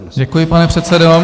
Děkuji, pane předsedo.